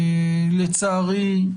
לצערי,